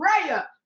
prayer